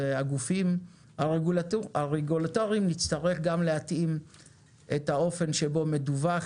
נצטרך גם להתאים את האופן שבו מדווח